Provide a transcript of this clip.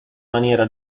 maniera